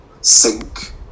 sink